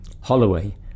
Holloway